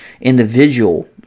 individual